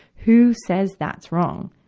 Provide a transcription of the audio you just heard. who says that's wrong?